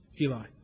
Eli